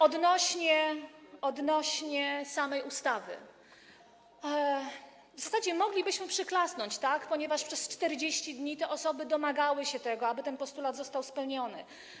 Odnośnie do samej ustawy w zasadzie moglibyśmy przyklasnąć, ponieważ przez 40 dni te osoby domagały się tego, aby ten postulat został spełniony.